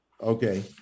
okay